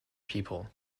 people